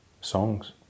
songs